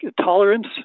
tolerance